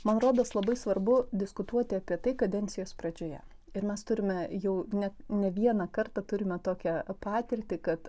man rodos labai svarbu diskutuoti apie tai kadencijos pradžioje ir mes turime jau ne ne vieną kartą turime tokią patirtį kad